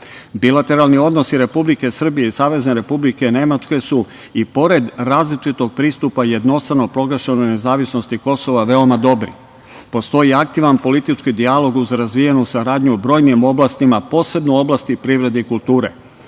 kapaciteta. Bilateralni odnosi Republike Srbije i Savezne Republike Nemačke su i pored različitog pristupa jednostrano proglašenoj nezavisnosti Kosova veoma dobri. Postoji aktivan politički dijalog uz razvijenu saradnju u brojnim oblastima, a posebno u oblasti privrede i kulture.